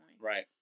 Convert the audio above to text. Right